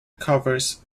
covers